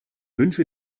wünsche